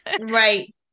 Right